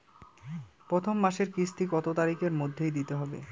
প্রথম মাসের কিস্তি কত তারিখের মধ্যেই দিতে হবে?